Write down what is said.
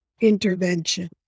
intervention